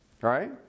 right